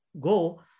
go